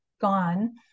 gone